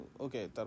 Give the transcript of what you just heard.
Okay